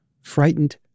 Frightened